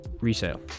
resale